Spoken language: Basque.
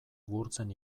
gurtzen